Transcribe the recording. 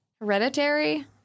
Hereditary